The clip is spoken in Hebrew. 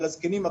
אל הזקנים,